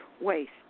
waste